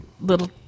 little